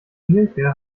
mielke